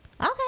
Okay